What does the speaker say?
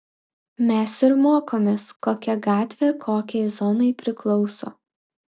mes ir mokomės kokia gatvė kokiai zonai priklauso